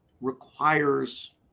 requires